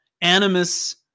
Animus